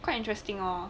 quite interesting lor